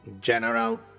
General